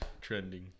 trending